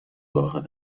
باغ